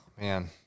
Man